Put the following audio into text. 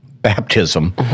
baptism